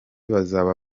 bazaba